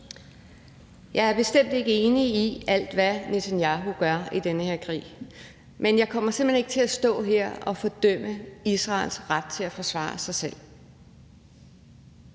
Jeg er bestemt ikke enig i alt, hvad Netanyahu gør i den her krig. Men jeg kommer simpelt hen ikke til at stå her og fordømme Israels ret til at forsvare sig selv.